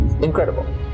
incredible